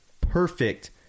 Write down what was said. perfect